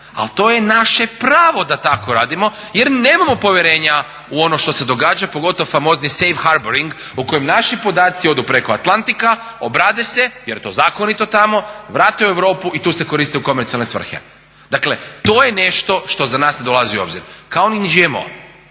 Ali to je naše pravo da tako radimo jer nemamo povjerenja u ono što se događa pogotovo famozni safe harboring u kojem naši podaci odu preko atlantika, obrade se, jer je to zakonito tamo, vrate u Europu i tu se koriste u komercijalne svrhe. Dakle to je nešto što za nas ne dolazi u obzir kao ni GMO,